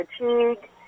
fatigue